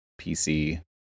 PC